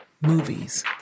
movies